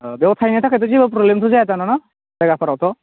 अ बेयाव थाहैनो थाखायथ' जेबो प्रब्लेम जाया दानिया न' जायगाफोरावथ'